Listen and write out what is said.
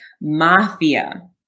Mafia